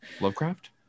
lovecraft